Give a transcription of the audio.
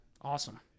Awesome